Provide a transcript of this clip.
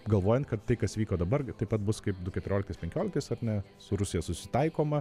galvojant kad tai kas vyko dabar taip pat bus kaip du keturioliktais penkioliktais ar ne su rusija susitaikoma